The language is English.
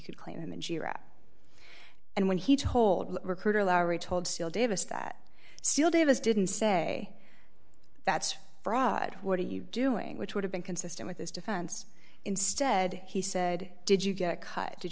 could clean and and when he told the recruiter laurie told seal davis that still davis didn't say that's fraud what are you doing which would have been consistent with his defense instead he said did you get cut did